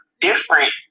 different